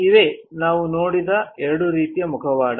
ಇವೆ ನಾವು ನೋಡಿದ ಎರಡು ರೀತಿಯ ಮುಖವಾಡ